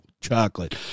chocolate